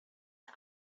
the